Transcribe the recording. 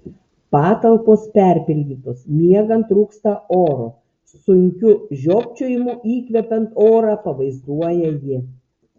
patalpos perpildytos miegant trūksta oro sunkiu žiopčiojimu įkvepiant orą pavaizduoja ji